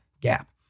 gap